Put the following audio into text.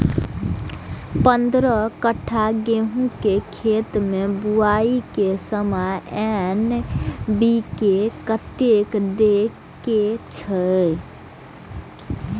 पंद्रह कट्ठा गेहूं के खेत मे बुआई के समय एन.पी.के कतेक दे के छे?